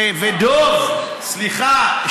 ודב, סליחה.